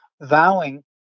vowing